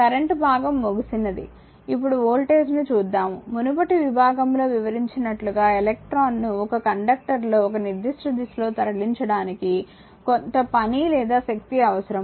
current భాగం ముగిసినది ఇప్పుడు వోల్టేజ్ ని చూద్దాము మునుపటి విభాగంలో వివరించినట్లుగా లక్ట్రాన్ను ఒక కండక్టర్లో ఒక నిర్దిష్ట దిశలో తరలించడానికి కొంత పని లేదా శక్తి అవసరము